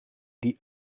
die